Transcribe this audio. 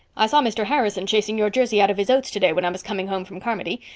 i saw mr. harrison chasing your jersey out of his oats today when i was coming home from carmody.